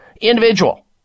individual